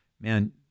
man